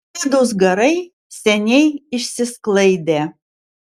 ėdūs garai seniai išsisklaidė